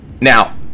now